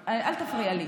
אלכס קושניר, אל תפריע לי.